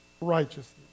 righteousness